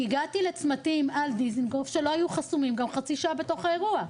אני הגעתי לצמתים על דיזנגוף שלא היו חסומים גם חצי שעה בתוך האירוע.